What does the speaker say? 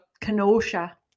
Kenosha